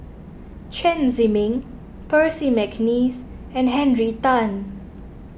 Chen Zhiming Percy McNeice and Henry Tan